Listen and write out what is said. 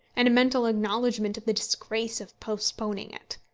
and a mental acknowledgment of the disgrace of postponing it.